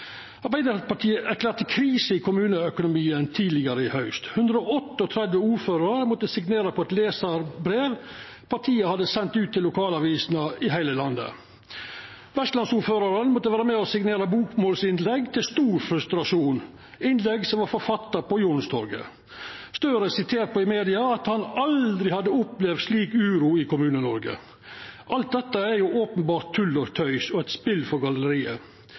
Arbeidarpartiet erklærte krise i kommuneøkonomien tidlegare i haust. 138 ordførar måtte signera på eit lesarbrev partiet hadde sendt ut til lokalavisene i heile landet. Vestlandsordførarane måtte til stor frustrasjon vera med på å signera bokmålsinnlegg, innlegg som var forfatta på Youngstorget. Gahr Støre er i media sitert på at han aldri hadde opplevd slik uro i Kommune-Noreg. Alt dette er openbert tull og tøys og eit spel for galleriet.